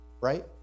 right